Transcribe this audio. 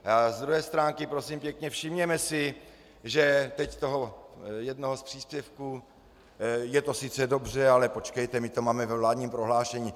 Z druhé stránky, prosím pěkně, všimněme si teď toho jednoho z příspěvků: Je to sice dobře, ale počkejte, my to máme ve vládním prohlášení.